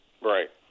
Right